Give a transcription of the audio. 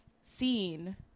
seen